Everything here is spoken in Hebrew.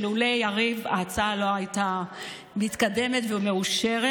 לולא יריב ההצעה לא הייתה מתקדמת ומאושרת.